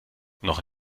noch